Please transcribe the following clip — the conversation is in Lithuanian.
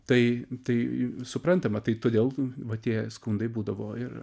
tai tai suprantama tai todėl va tie skundai būdavo ir